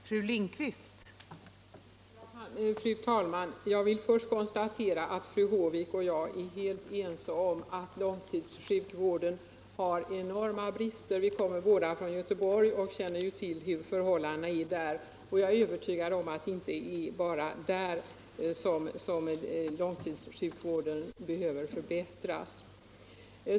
Fru talman! Jag vill först konstatera att fru Håvik och jag är helt ense om att långtidssjukvården har enorma brister. Vi kommer båda från Gö 215 teborg och känner till hur förhållandena är där. Jag är övertygad om att det inte bara är där som långtidssjukvården behöver förbättras.